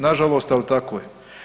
Nažalost, ali tako je.